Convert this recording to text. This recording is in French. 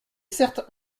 certes